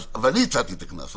ואני הסכמתי לקנס.